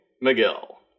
Miguel